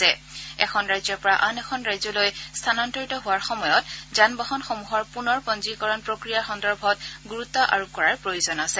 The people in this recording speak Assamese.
অৱশ্যে এখন ৰাজ্যৰ পৰা আন এখন ৰাজ্যলৈ স্থানান্তৰিত হোৱাৰ সময়ত যানবাহন সমূহৰ পুনৰ পঞ্জীকৰণৰ প্ৰক্ৰিয়া সন্দৰ্ভত গুৰুত্ব আৰোপ কৰাৰ প্ৰয়োজন আছে